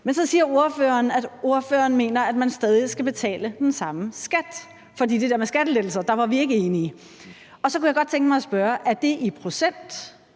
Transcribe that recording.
Men så siger ordføreren, at ordføreren mener, at der stadig skal betales den samme skat, for man er ikke enig i det der med skattelettelser. Så kunne jeg godt tænke mig at spørge, om det er i procent,